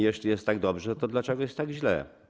Jeśli jest tak dobrze, to dlaczego jest tak źle?